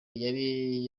yari